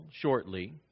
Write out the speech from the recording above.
shortly